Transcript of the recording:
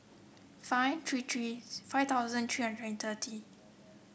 five three three five thousand three hundred and thirty